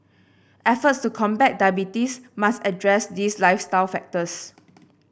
efforts to combat diabetes must address these lifestyle factors